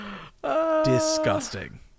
Disgusting